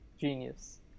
Genius